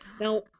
Now